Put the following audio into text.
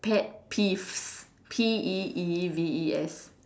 pet peeves P E E V E S